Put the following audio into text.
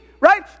right